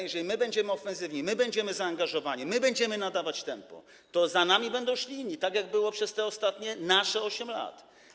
Jeżeli będziemy ofensywni, będziemy zaangażowani, będziemy nadawać tempo, to za nami będą szli inni, tak jak było przez te ostatnie nasze 8 lat.